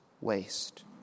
waste